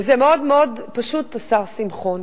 וזה מאוד מאוד פשוט, השר שמחון: